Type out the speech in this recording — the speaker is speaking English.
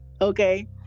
okay